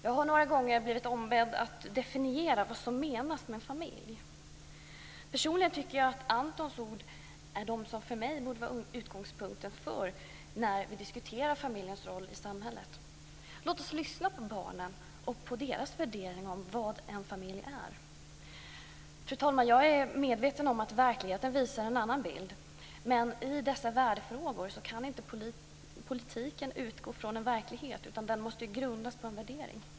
Jag har några gånger blivit ombedd att definiera vad som menas med en familj. Personligen tycker jag att Antons ord för mig borde vara utgångspunkten när vi diskuterar familjens roll i samhället. Låt oss lyssna på barnen och på deras värdering om vad en familj är. Fru talman! Jag är medveten om att verkligheten visar en annan bild. Men i dessa värdefrågor kan inte politiken utgå från en verklighet, utan den måste grundas på en värdering.